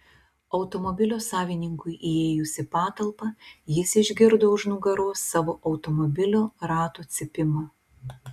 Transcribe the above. automobilio savininkui įėjus į patalpą jis išgirdo už nugaros savo automobilio ratų cypimą